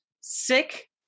sick